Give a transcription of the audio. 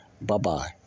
Bye-bye